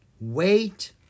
Wait